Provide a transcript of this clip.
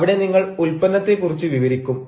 അവിടെ നിങ്ങൾ ഉൽപ്പന്നത്തെ കുറിച്ച് വിവരിക്കും